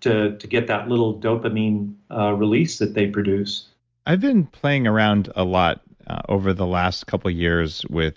to to get that little dopamine release that they produce i've been playing around a lot over the last couple of years with